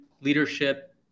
leadership